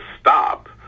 stop